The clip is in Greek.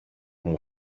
μου